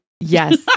yes